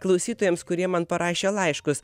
klausytojams kurie man parašė laiškus